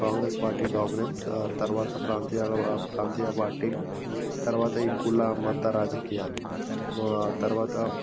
Congress party dominance తర్వాత ప్రాంతీయ ప్రాంతీయ పార్టీలు తర్వాత ఈ కుల మత రాజకీయాలు ఆ తర్వాత